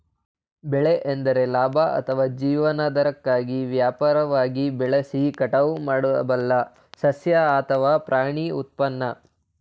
ಬೆಳೆ ಎಂದರೆ ಲಾಭ ಅಥವಾ ಜೀವನಾಧಾರಕ್ಕಾಗಿ ವ್ಯಾಪಕವಾಗಿ ಬೆಳೆಸಿ ಕಟಾವು ಮಾಡಬಲ್ಲ ಸಸ್ಯ ಅಥವಾ ಪ್ರಾಣಿ ಉತ್ಪನ್ನ